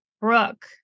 Brooke